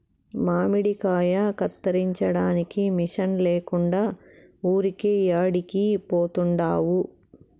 మామిడికాయ కత్తిరించడానికి మిషన్ లేకుండా ఊరికే యాడికి పోతండావు